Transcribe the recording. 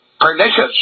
pernicious